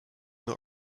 not